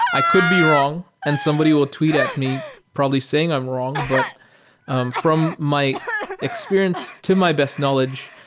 i could be wrong and somebody will tweet at me probably saying i'm wrong, but um from my experience to my best knowledge,